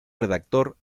redactor